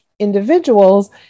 Individuals